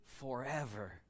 forever